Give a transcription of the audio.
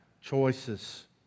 choices